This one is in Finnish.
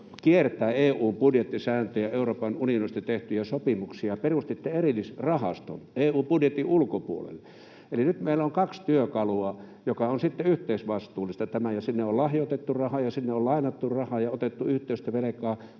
kiertäen EU:n budjettisääntöjä, Euroopan unionista tehtyjä sopimuksia — erillisrahaston EU-budjetin ulkopuolelle, niin nyt meillä on kaksi työkalua. Ja tämä on sitten yhteisvastuullista, sinne on lahjoitettu rahaa ja sinne on lainattu rahaa ja otettu yhteistä velkaa,